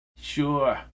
Sure